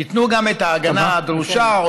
ייתנו את ההגנה הדרושה,